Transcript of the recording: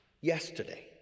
yesterday